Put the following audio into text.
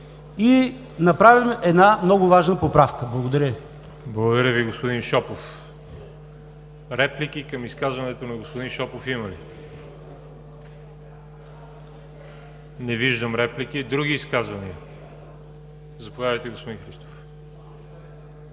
да направим една много важна поправка. Благодаря Ви. ПРЕДСЕДАТЕЛ ВАЛЕРИ ЖАБЛЯНОВ: Благодаря Ви, господин Шопов. Реплики към изказването на господин Шопов има ли? Не виждам реплики. Други изказвания? Заповядайте, господин Христов.